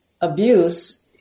abuse